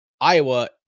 Iowa